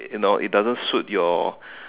you know it doesn't suit your